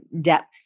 depth